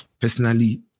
Personally